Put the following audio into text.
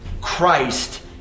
Christ